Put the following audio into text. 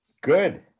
Good